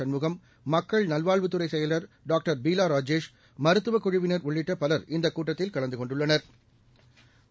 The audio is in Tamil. சண்முகம் மக்கள் நல்வாழ்வுத்துறை செயலா் டாக்டர் பீலா ராஜேஷ் மருத்துவக் குழுவினா் உள்ளிட்ட பலர் இந்த கூட்டத்தில் கலந்து கொண்டுள்ளனா்